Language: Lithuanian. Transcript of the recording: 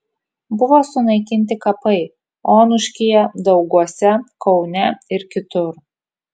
buvo sunaikinti kapai onuškyje dauguose kaune ir kitur